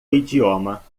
idioma